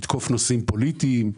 לתקוף נושאים פוליטיים.